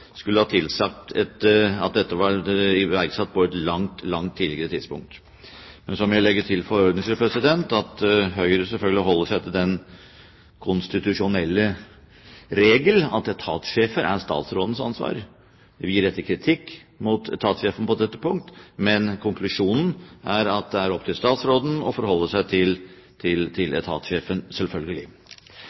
skulle ha tilsagt at dette var iverksatt på et langt tidligere tidspunkt. Men så må jeg for ordens skyld legge til at Høyre selvfølgelig holder seg til den konstitusjonelle regel at etatssjefer er statsrådens ansvar. Vi retter kritikk mot etatssjefen på dette punkt, men konklusjonen er at det er opp til statsråden å forholde seg til etatssjefen – selvfølgelig.